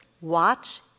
Watch